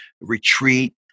retreat